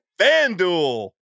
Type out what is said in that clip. FanDuel